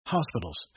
Hospitals